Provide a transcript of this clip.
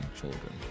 children